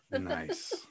Nice